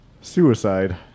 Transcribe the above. suicide